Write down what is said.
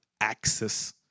access